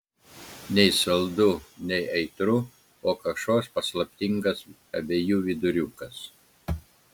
nei saldu nei aitru o kažkoks paslaptingas abiejų viduriukas